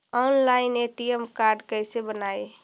Online ATM card कैसे बनाई?